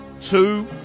two